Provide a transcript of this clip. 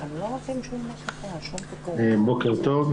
בוקר טוב.